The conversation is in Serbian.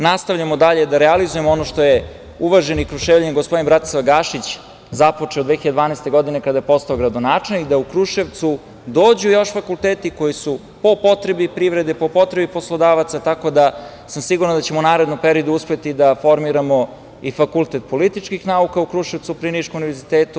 Nastavljamo dalje da realizujemo ono što je uvaženi Kruševljanin, gospodin Bratislav Gašić započeo 2012. godine, kada je postao gradonačelnik, da u Kruševac dođu fakulteti koji su po potrebi privrede, po potrebi poslodavca, tako da sam siguran da ćemo u narednom periodu uspeti da formiramo i fakultet političkih nauka u Kruševcu, pri Niškom univerzitetu.